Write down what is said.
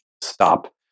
stop